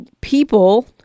people